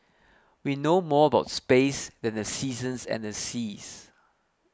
we know more about space than the seasons and the seas